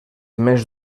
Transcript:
més